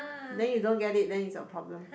then you don't get it then it's your problem